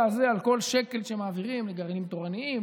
הזה כל שקל שמעבירים לגרעינים תורניים,